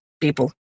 people